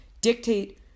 dictate